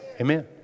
Amen